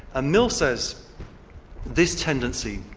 ah mill says this tendency,